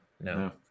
no